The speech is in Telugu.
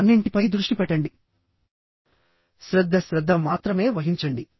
అన్నింటిపై దృష్టి పెట్టండి శ్రద్ధ శ్రద్ధ మాత్రమే వహించండి